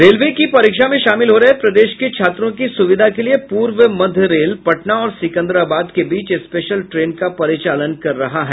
railway की परीक्षा में शामिल हो रहे प्रदेश के छात्रों की सुविधा के लिए पूर्व मध्य रेल पटना और सिकंदराबाद के बीच स्पेशल ट्रेन का परिचालन कर रहा है